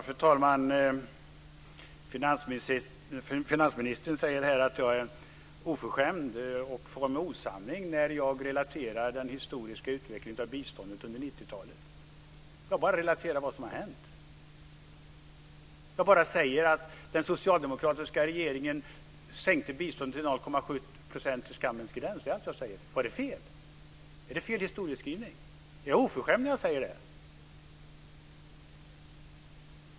Fru talman! Finansministern säger att jag är oförskämd och far med osanning när jag relaterar den historiska utvecklingen av biståndet under 90-talet. Jag relaterar bara vad som har hänt. Jag säger bara att den socialdemokratiska regeringen sänkte biståndet till 0,7 %, till skammens gräns. Det är allt jag säger. Är det fel? Är det fel historieskrivning? Är jag oförskämd när jag säger det?